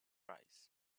price